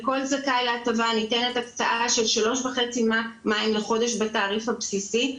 לכל זכאי ניתנת הטבה הקצאה של 3.5 מ"ק מים לחודש בתעריף הבסיסי,